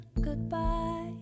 goodbye